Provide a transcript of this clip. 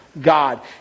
God